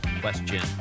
question